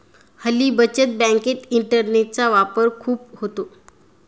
हल्ली बचत बँकेत इंटरनेटचा वापर खूप होतो